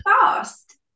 fast